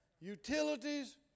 utilities